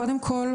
קודם כל,